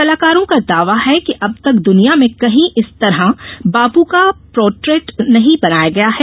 कलाकारों का दावा है कि अब तक दुनिया में कहीं इस तरह बापू का पोट्रेट नहीं बनाया गया है